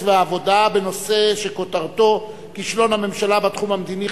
והעבודה בנושא שכותרתו: כישלון הממשלה בתחום המדיני,